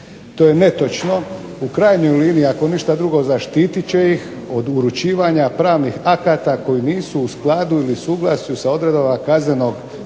To je netočno. U krajnjoj liniji ako ništa drugo zaštitit će ih od uručivanja pravnih akata koji nisu u skladu ili suglasju sa odredbama kaznenog procesnog